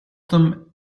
them